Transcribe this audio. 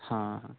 ହଁ